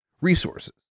resources